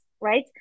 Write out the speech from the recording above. right